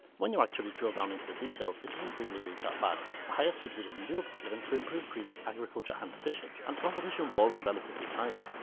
when you actually drill down into the details, it doesn't really read that bad. the highest subsidies in europe were given to improve greenland's agriculture and fishing, and competition was relatively tiny.